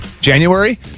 January